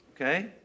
Okay